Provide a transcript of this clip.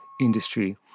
industry